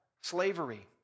slavery